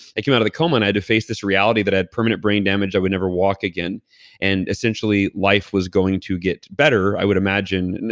i came out of the coma, and i had to face this reality that had permanent brain damage i would never walk again and essentially life was going to get better, i would imagine. and